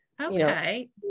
okay